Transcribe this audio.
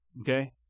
Okay